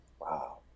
wow